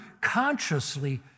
consciously